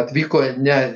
atvyko ne